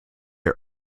are